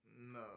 No